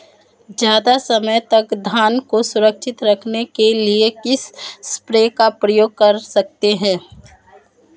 ज़्यादा समय तक धान को सुरक्षित रखने के लिए किस स्प्रे का प्रयोग कर सकते हैं?